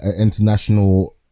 international